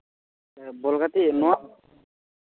ᱵᱚᱞ ᱜᱟᱛᱮᱜ